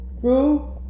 True